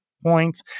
points